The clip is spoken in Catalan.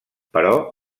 però